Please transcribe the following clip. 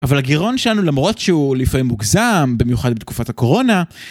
אבל הגירעון שלנו למרות שהוא לפעמים מוגזם, במיוחד בתקופת הקורונה,